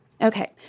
Okay